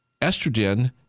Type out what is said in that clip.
estrogen